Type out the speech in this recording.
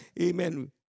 amen